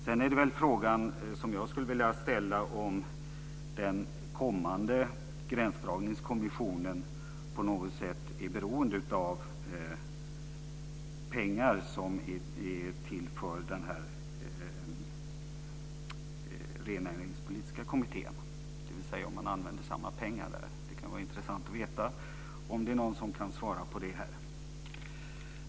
Sedan skulle jag vilja ställa frågan om den kommande gränsdragningskommissionen på något sätt är beroende av pengar som är till för den rennäringspolitiska kommittén, dvs. om man använder samma pengar. Det kan vara intressant att höra om någon här kan svara på det.